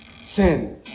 sin